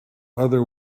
other